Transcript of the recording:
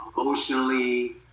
Emotionally